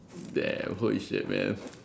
damn holy shit man